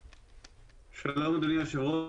שלום, אדוני היושב-ראש.